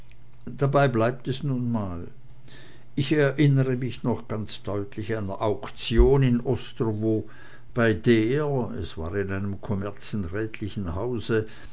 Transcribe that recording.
dabei bleibt es nun mal ich erinnere mich noch ganz deutlich einer auktion in ostrowo bei der es war in einem kommerzienrätlichen hause